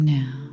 now